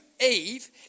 Eve